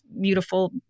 beautiful